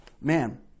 man